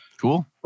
Cool